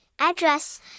Address